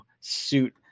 suit